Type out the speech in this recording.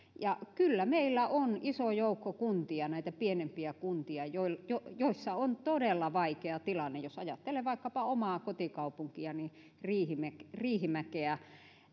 ja kyllä meillä on iso joukko kuntia näitä pienempiä kuntia joissa on todella vaikea tilanne jos ajattelen vaikkapa omaa kotikaupunkiani riihimäkeä riihimäkeä